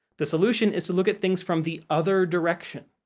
the solution is to look at things from the other direction.